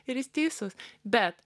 ir jis teisus bet